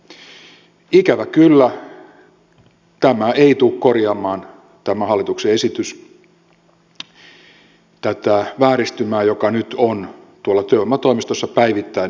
ikävä kyllä tämä hallituksen esitys ei tule korjaamaan tätä vääristymää joka nyt on tuolla työvoimatoimistossa päivittäin nähtävissä